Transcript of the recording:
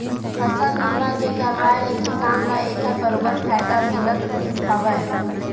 फसल बीमा के करवाय ले किसान ल एखर बरोबर फायदा मिलथ हावय